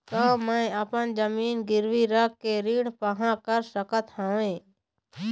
का मैं अपन जमीन गिरवी रख के ऋण पाहां कर सकत हावे?